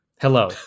Hello